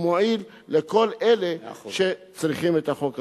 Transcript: הוא מועיל לכל אלה שצריכים את החוק הזה.